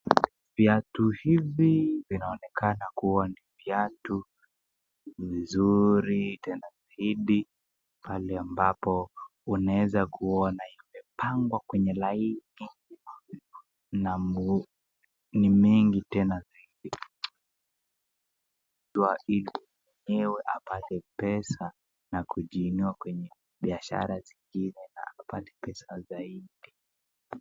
Viatu hivi vinaonekana kuwa ni viatu vizuri tena saidi. Pale ambapo unaweza kuona imepangwa kwenye laini na ni mengi tena, ili mwenyewe apate pesa na kujiinua kwnyw kihashara zingine na apate pesa zaidi.